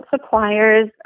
suppliers